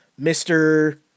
Mr